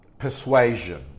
persuasion